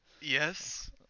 Yes